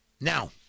Now